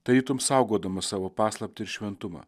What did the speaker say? tarytum saugodama savo paslaptį ir šventumą